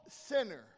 sinner